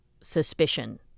suspicion